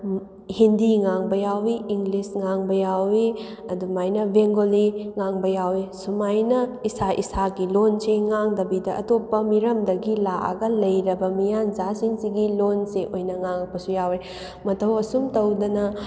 ꯍꯤꯟꯗꯤ ꯉꯥꯡꯕ ꯌꯥꯎꯋꯤ ꯏꯪꯂꯤꯁ ꯉꯥꯡꯕ ꯌꯥꯎꯋꯤ ꯑꯗꯨꯃꯥꯏꯅ ꯕꯦꯡꯒꯣꯂꯤ ꯉꯥꯡꯕ ꯌꯥꯎꯋꯤ ꯁꯨꯃꯥꯏꯅ ꯏꯁꯥ ꯏꯁꯥꯒꯤ ꯂꯣꯟꯁꯦ ꯉꯥꯡꯗꯕꯤꯗ ꯑꯇꯣꯞꯄ ꯃꯤꯔꯝꯗꯒꯤ ꯂꯥꯛꯑꯒ ꯂꯩꯔꯕ ꯃꯤꯌꯥꯟꯆꯥꯁꯤꯡꯁꯤꯒꯤ ꯂꯣꯟꯁꯦ ꯑꯣꯏꯅ ꯉꯥꯡꯉꯛꯄꯁꯨ ꯌꯥꯎꯋꯦ ꯃꯇꯧ ꯑꯁꯨꯝ ꯇꯧꯗꯅ